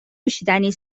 نوشیدنی